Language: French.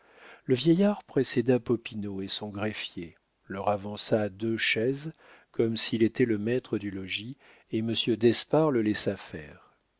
le vieillard précéda popinot et son greffier leur avança deux chaises comme s'il était le maître du logis et monsieur d'espard le laissa faire